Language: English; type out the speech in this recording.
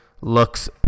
looks